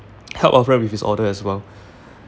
helped our friend with his order as well